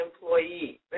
employee